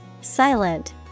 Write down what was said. Silent